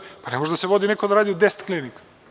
Pa, ne može da se vodi neko da radi u deset klinika.